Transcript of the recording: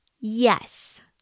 Yes